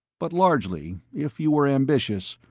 but largely, if you were ambitious,